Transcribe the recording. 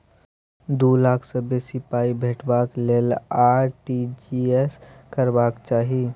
दु लाख सँ बेसी पाइ भेजबाक लेल आर.टी.जी एस करबाक चाही